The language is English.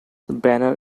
banner